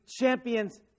champions